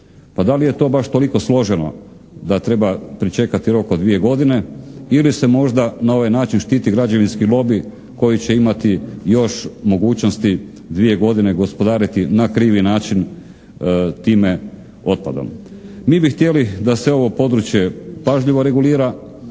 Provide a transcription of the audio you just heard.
Pa da li je to baš toliko složeno da treba pričekati rok od dvije godine? Ili se možda na ovaj način štiti građevinski lobi koji će imati još mogućnosti dvije godine gospodariti na krivi način time otpadom. Mi bi htjeli da se ovo područje pažljivo regulira,